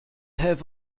have